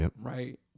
right